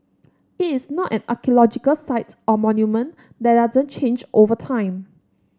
it is not an archaeological site or monument that doesn't change over time